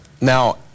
Now